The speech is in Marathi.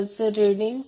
तर ते जुळत आहे